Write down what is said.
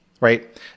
right